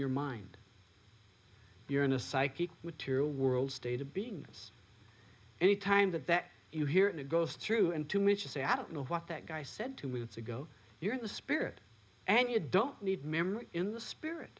your mind you're in a psychic material world state of being this any time that that you hear and it goes through and to mention say i don't know what that guy said two minutes ago you're in the spirit and you don't need memory in the spirit